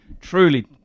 truly